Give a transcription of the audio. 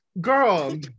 Girl